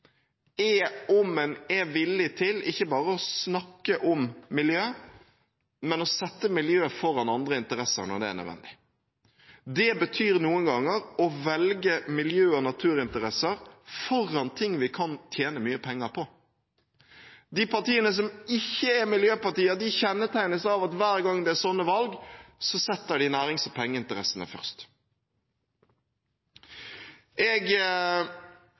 er om en er villig til ikke bare å snakke om miljø, men også å sette miljøet foran andre interesser når det er nødvendig. Det betyr noen ganger å velge miljø- og naturinteressene foran ting vi kan tjene mye penger på. De partiene som ikke er miljøpartier, kjennetegnes av at hver gang det er slike valg, setter de nærings- og pengeinteressene først. Jeg